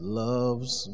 loves